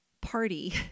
party